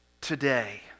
today